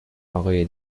آقای